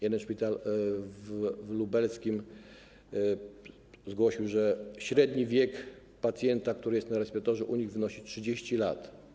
Jeden szpital w Lubelskiem zgłosił, że średni wiek pacjenta, który jest u nich na respiratorze, wynosi 30 lat.